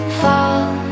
fall